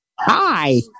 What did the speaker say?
Hi